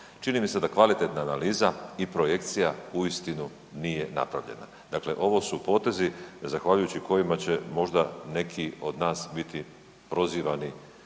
čini mi se da kvalitetna analiza i projekcija uistinu nije napravljena. Dakle, ovo su potezi zahvaljujući kojima će možda neki od nas biti prozivani